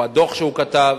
או הדוח שהוא כתב,